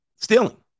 Stealing